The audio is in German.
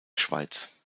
schweiz